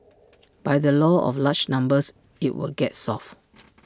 by the law of large numbers IT will get solved